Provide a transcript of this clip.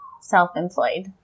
self-employed